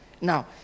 now